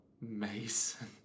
Mason